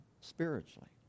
spiritually